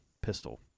pistol